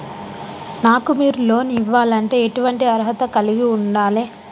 నాకు మీరు లోన్ ఇవ్వాలంటే ఎటువంటి అర్హత కలిగి వుండాలే?